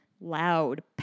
Loud